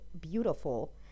beautiful